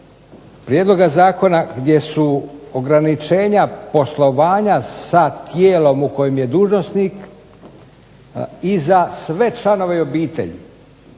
prijedloga zakona gdje su ograničenja poslovanja sa tijelom u kojem je dužnosnik i za sve članove i obitelj